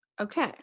Okay